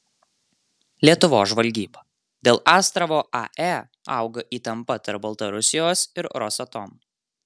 lietuvos žvalgyba dėl astravo ae auga įtampa tarp baltarusijos ir rosatom